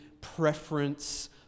preference